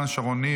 שרון ניר,